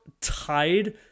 tied